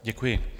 Děkuji.